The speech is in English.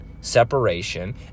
separation